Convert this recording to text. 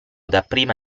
dapprima